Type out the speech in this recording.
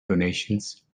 donations